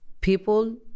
People